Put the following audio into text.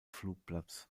flugplatz